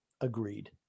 Agreed